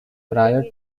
prior